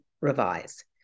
revise